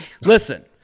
Listen